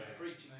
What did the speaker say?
Preaching